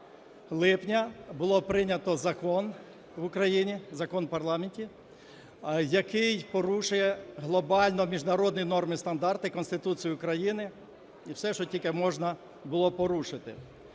липня було прийнято закон в Україні, закон в парламенті, який порушує глобально міжнародні норми і стандарти, Конституцію України і все, що тільки можна було порушити.